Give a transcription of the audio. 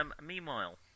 Meanwhile